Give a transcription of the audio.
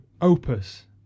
opus